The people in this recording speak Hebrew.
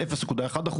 0.1%,